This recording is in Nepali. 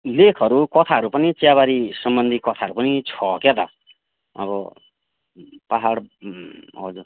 लेखहरू कथाहरू पनि चियाबारी सम्बन्धी कथाहरू पनि छ क्या त अब पाहाड हजुर